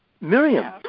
Miriam